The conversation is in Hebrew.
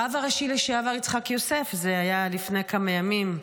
הרב הראשי לשעבר יצחק יוסף, זה היה לפני כמה ימים,